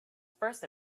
first